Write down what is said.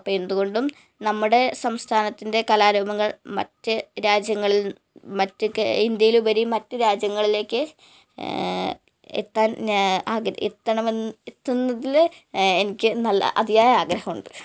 അപ്പം എന്തുകൊണ്ടും നമ്മുടെ സംസ്ഥാനത്തിന്റെ കലാരൂപങ്ങള് മറ്റ് രാജ്യങ്ങളില് മറ്റ് കേ ഇന്ത്യയിലുപരി മറ്റ് രാജ്യങ്ങൾലേക്ക് എത്താന് ഞാ ആഗ്രഹി എത്തണമെ എത്തുന്നതില് എനിക്ക് നല്ല അതിയായ ആഗ്രഹമുണ്ട്